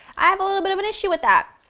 i have a little bit of an issue with that.